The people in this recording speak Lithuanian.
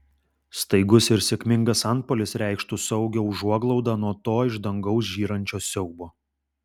staigus ir sėkmingas antpuolis reikštų saugią užuoglaudą nuo to iš dangaus žyrančio siaubo